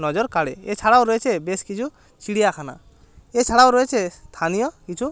নজর কাড়ে এছাড়াও রয়েছে বেশ কিছু চিড়িয়াখানা এছাড়াও রয়েছে স্থানীয় কিছু